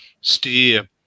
steer